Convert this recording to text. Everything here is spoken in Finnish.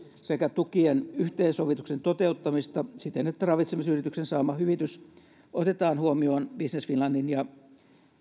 sekä tukien yhteensovituksen toteuttamista siten että ravitsemisyrityksen saama hyvitys otetaan huomioon business finlandin ja